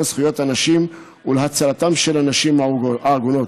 זכויות הנשים ולהצלתן של הנשים העגונות.